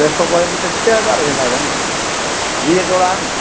ट्रे सौ पोइ बि त छ हज़ार थींदा भेण वीह जोड़ा आहिनि